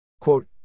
Quote